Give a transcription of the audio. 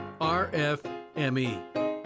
RFME